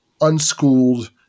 unschooled